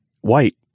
white